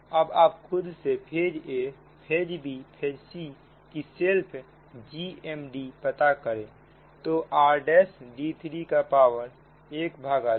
अब आप खुद से फेज a फेज bफेज c की सेल्फ GMDपता करें तो r'd3 का पावर 12